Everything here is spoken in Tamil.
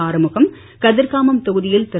ஆறுமுகம் கதிர்காமம் தொகுதியில் திரு